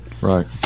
Right